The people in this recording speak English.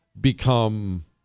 become